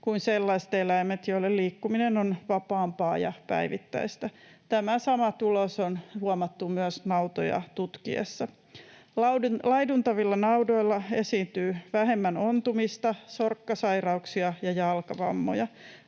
kuin sellaiset eläimet, joille liikkuminen on vapaampaa ja päivittäistä. Tämä sama tulos on huomattu myös nautoja tutkiessa. Laiduntavilla naudoilla esiintyy vähemmän ontumista, sorkkasairauksia ja jalkavammoja.